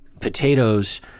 potatoes